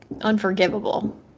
unforgivable